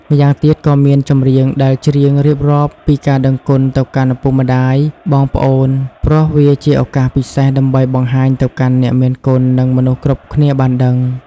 ម្យ៉ាងទៀតក៏មានចម្រៀងដែលច្រៀងរៀបរាប់ពីការដឹងគុណទៅកាន់ឪពុកម្តាយ បងប្អូនព្រោះវាជាឱកាសពិសេសដើម្បីបង្ហាញទៅកាន់អ្នកមានគុណនិងមនុស្សគ្រប់គ្នាបានដឹង។